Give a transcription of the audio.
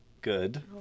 Good